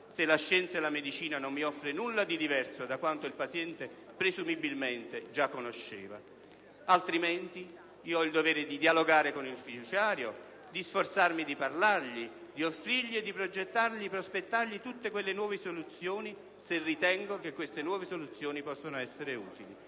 se la scienza e la medicina non mi offrono nulla di diverso da quanto il paziente presumibilmente già conosceva. Altrimenti ho il dovere di dialogare con il fiduciario, di sforzarmi di parlargli, di offrirgli e prospettargli tutte le nuove soluzioni, se ritengo che queste possano essere utili,